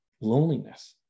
loneliness